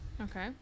Okay